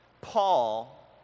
Paul